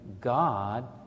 God